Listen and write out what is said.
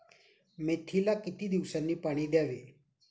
मेथीला किती दिवसांनी पाणी द्यावे?